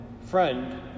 Friend